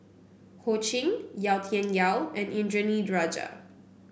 Ho Ching Yau Tian Yau and Indranee Rajah